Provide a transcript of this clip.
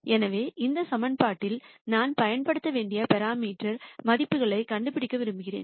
எனவே அந்த சமன்பாட்டில் நான் பயன்படுத்த வேண்டிய பராமீட்டர் மதிப்புகளைக் கண்டுபிடிக்க விரும்புகிறேன்